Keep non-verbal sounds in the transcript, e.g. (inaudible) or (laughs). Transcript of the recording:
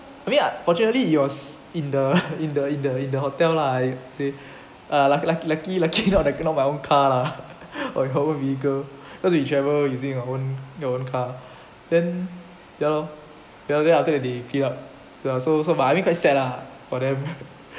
I mean fortunately it was in the in the in the in the hotel lah I would say luck luck lucky lucky (laughs) that not my own car lah or whole vehicle because you travel using your own your own car then ya lor ya lor then after that they cleaned up ya so so but I mean quite sad lah for them